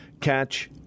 catch